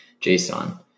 JSON